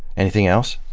anything else?